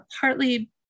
partly